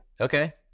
okay